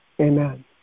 Amen